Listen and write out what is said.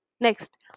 Next